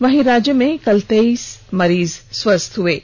वहीं राज्य में कल तेईस मरीज स्वस्थ हुए हैं